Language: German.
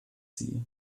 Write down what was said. sie